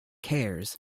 cares